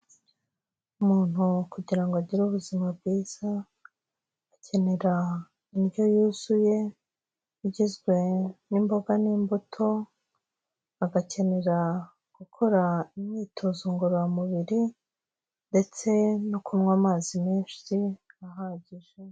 Umuntu kugira ngo agire ubuzima bwiza, akenera indyo yuzuye igizwe n'imboga n'imbuto, agakenera gukora imyitozo ngororamubiri, ndetse no kunywa amazi menshi ahagije.